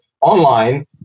online